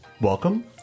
Welcome